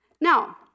Now